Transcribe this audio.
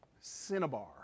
cinnabar